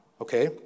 okay